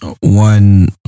One